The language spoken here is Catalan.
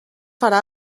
farà